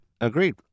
Agreed